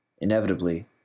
inevitably